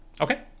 okay